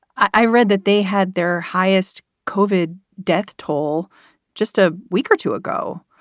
i read that they had their highest covered death toll just a week or two ago.